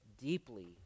deeply